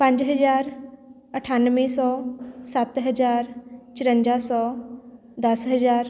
ਪੰਜ ਹਜ਼ਾਰ ਅਠਾਨਵੇਂ ਸੌ ਸੱਤ ਹਜ਼ਾਰ ਚੁਰੰਜਾ ਸੌ ਦਸ ਹਜ਼ਾਰ